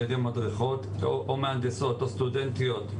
ידי מדריכות או מהנדסות או סטודנטיות,